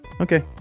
okay